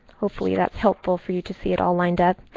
hopefully that's helpful for you to see it all lined up.